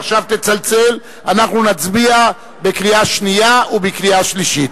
ואנחנו נצביע בקריאה שנייה ובקריאה שלישית.